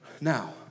Now